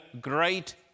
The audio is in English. great